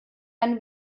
ein